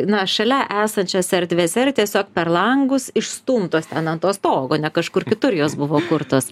na šalia esančiose erdvėse ir tiesiog per langus išstumtos ten ant to stogo ne kažkur kitur jos buvo kurtos